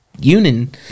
union